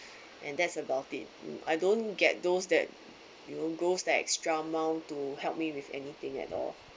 and that's about it I don't get those that you know goes the extra mile to help me with anything at all